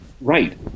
right